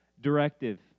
directive